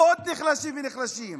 עוד נחלשים ונחלשים?